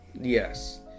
Yes